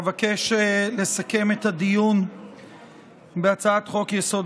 אבקש לסכם את הדיון בהצעת חוק-יסוד: